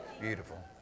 Beautiful